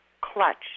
clutch